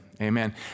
Amen